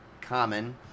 common